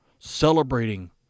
celebrating